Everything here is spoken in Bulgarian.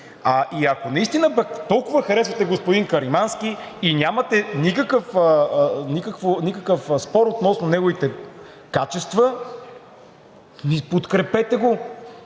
Ако наистина пък толкова харесвате господин Каримански и нямате никакъв спор относно неговите качества, подкрепете го!